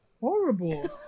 horrible